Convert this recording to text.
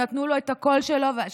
נתנו לו את הקול שלהם,